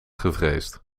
gevreesd